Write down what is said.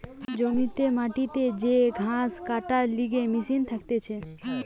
জমিতে মাটিতে যে ঘাস কাটবার লিগে মেশিন থাকতিছে